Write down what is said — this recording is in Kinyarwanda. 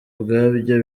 ubwabyo